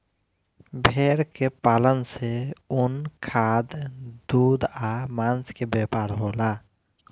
भेड़ के पालन से ऊन, खाद, दूध आ मांस के व्यापार होला